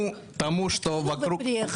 95% אם לא יותר מקבלים מעמד עולה,